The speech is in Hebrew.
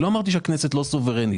לא אמרתי שהכנסת לא סוברנית.